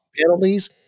penalties